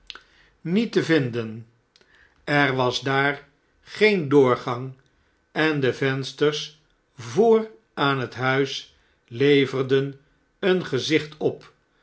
niet te vinden er was daar geen doorgang en de vensters voor aan het huis leverden een gezicht op